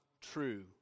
true